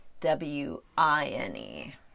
W-I-N-E